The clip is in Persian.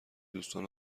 دوستان